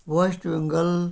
West Bengal